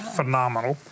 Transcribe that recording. phenomenal